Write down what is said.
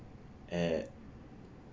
at